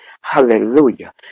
Hallelujah